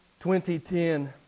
2010